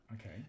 okay